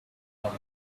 would